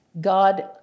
God